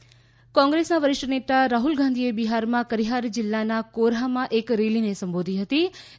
Rahul Korha rally કોંગ્રેસના વરિષ્ઠ નેતા રાહ્લ ગાંધીએ બિહારમાં કરિહાર જીલ્લામાં કોરહામાં એક રેલીને સંબોધી હીત